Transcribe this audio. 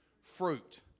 fruit